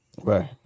right